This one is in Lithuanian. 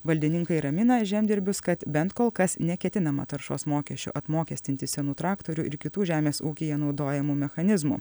valdininkai ramina žemdirbius kad bent kol kas neketinama taršos mokesčiu apmokestinti senų traktorių ir kitų žemės ūkyje naudojamų mechanizmų